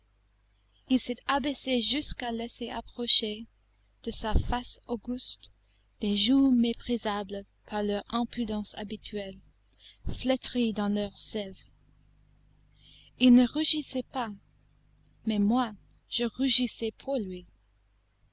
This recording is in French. il s'est abaissé jusqu'à laisser approcher de sa face auguste des joues méprisables par leur impudence habituelle flétries dans leur sève il ne rougissait pas mais moi je rougissais pour lui